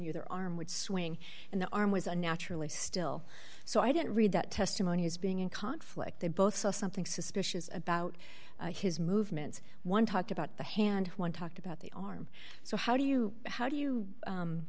you their arm would swing and the arm was unnaturally still so i didn't read that testimony as being in conflict they both saw something suspicious about his movements one talked about the hand one talked about the arm so how do you how do you